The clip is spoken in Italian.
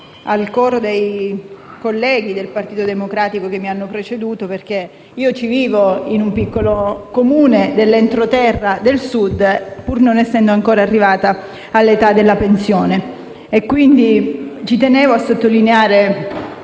al coro dei colleghi del Partito Democratico che mi hanno preceduto, perché io ci vivo in un piccolo Comune dell'entroterra del Sud, pur non essendo ancora arrivata all'età della pensione e quindi tengo a sottolineare